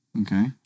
Okay